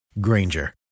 Granger